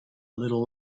little